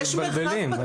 אתם מתבלבלים.